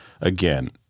again